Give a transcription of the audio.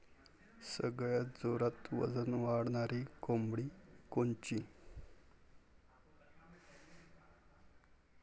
सगळ्यात जोरात वजन वाढणारी कोंबडी कोनची?